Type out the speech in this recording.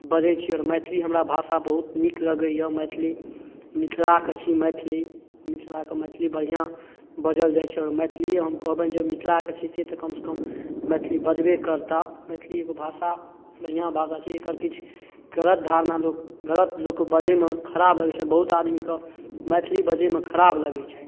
बाजै छी आओर मैथिली हमरा भाषा बहुत नीक लगैए मैथिली मिथिलाके छी मैथिली मिथिलाके मैथिली बढ़िआँ बाजल जाइ छै आओर मैथिलिए हम कहबनि जे मिथिलाके छी से तऽ कमसँ कम मैथिली बाजबे करताह आओर मैथिली एगो भाषा बढ़िआँ भाषा छै एकर किछु गलत धारणा लोक गलत लोकके बाजैमे खराब लागै छनि बहुत आदमीके मैथिली बाजैमे खराब लागै छनि